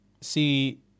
see